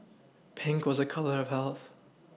Pink was a colour of health